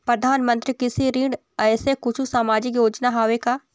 परधानमंतरी कृषि ऋण ऐसे कुछू सामाजिक योजना हावे का?